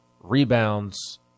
rebounds